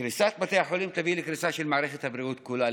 קריסת בתי החולים תביא לקריסה של מערכת הבריאות כולה,